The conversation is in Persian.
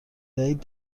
دهید